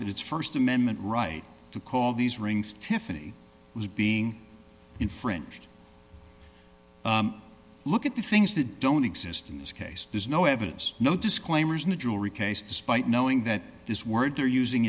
that its st amendment right to call these rings tiffany was being infringed look at the things that don't exist in this case there's no evidence no disclaimers in the jewelry case despite knowing that this word they're using